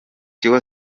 tiwa